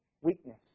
weakness